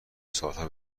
سالها